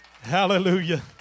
Hallelujah